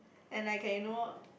and like you know